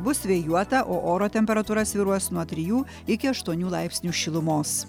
bus vėjuota o oro temperatūra svyruos nuo trijų iki aštuonių laipsnių šilumos